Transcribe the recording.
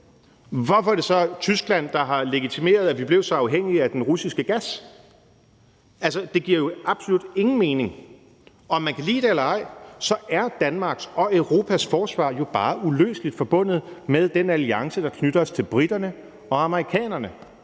Hvorfor er det så Tyskland, der har legitimeret, at vi blev så afhængige af den russiske gas? Altså, det giver jo absolut ingen mening. Om man kan lide det eller ej, er Danmarks og Europas forsvar jo bare uløseligt forbundet med den alliance, der knytter os til briterne og amerikanerne